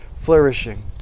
flourishing